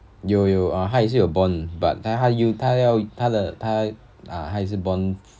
有有她也是有 bond but 她又她的她要 ah 她还是 bond